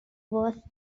was